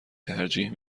ترجیح